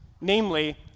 Namely